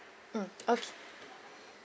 mm okay